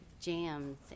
jams